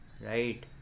right